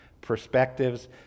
perspectives